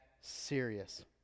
serious